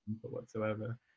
whatsoever